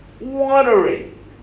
watering